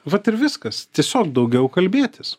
vat ir viskas tiesiog daugiau kalbėtis